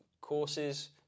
courses